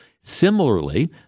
Similarly